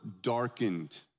darkened